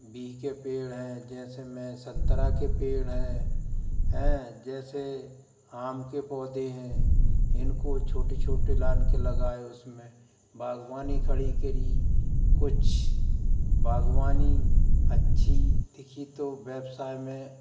बिह के पेड़ हैं जैसे में संतरा के पेड़ हैं हैं जैसे आम के पौधे हैं इनको छोटे छोटे लान कर लगाए उसमें बाग़बानी खड़ी करी कुछ बाग़बानी अच्छी दिखी तो व्यवसाय में